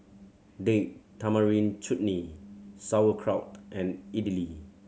Date Tamarind Chutney Sauerkraut and Idili